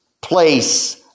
place